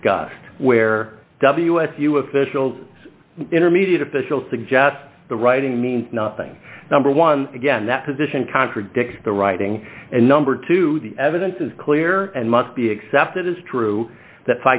discussed where w s u officials intermediate officials suggest the writing means nothing number one again that position contradicts the writing and number two the evidence is clear and must be accepted as true that